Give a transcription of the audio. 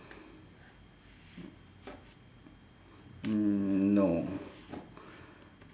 mm no